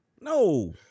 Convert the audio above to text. no